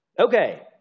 Okay